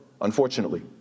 unfortunately